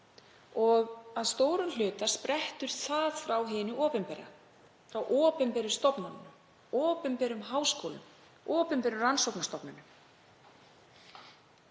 Að stórum hluta sprettur það frá hinu opinbera, frá opinberum stofnunum, opinberum háskólum, opinberum rannsóknastofnunum.